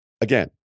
again